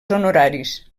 honoraris